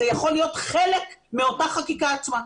זה יכול להיות חלק מאותה חקיקה עצמה.